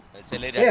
until it yeah